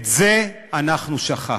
את זה אנחנו שכחנו.